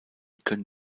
können